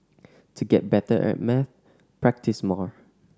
to get better at maths practise more